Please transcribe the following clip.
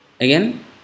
Again